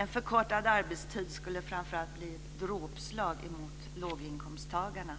En kortad arbetstid skulle bli ett dråpslag mot låginkomsttagarna.